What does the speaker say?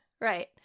right